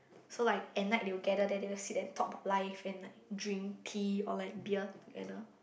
so like at night they will gather there they will sit and talk about life and like drink tea or like beer together